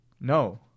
No